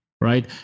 right